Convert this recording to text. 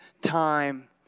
time